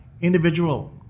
individual